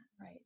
right